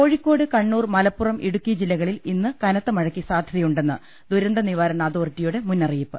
കോഴിക്കോട് കണ്ണൂർ മലപ്പുറം ഇടുക്കി ജില്ലകളിൽ ഇന്ന് കനത്ത മഴയ്ക്ക് സാധൃതയുണ്ടെന്ന് ദുരന്ത നിവാരണ അതോറിറ്റിയുടെ മുന്നറിയിപ്പ്